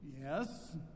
Yes